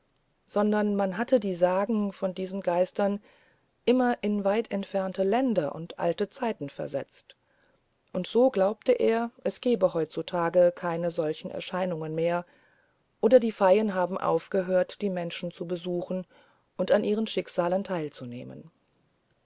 sondern man hatte die sagen von diesen geistern immer in weit entfernte länder und alte zeiten versetzt und so glaubte er es gebe heutzutage keine solche erscheinungen mehr oder die feien haben aufgehört die menschen zu besuchen und an ihren schicksalen teilzunehmen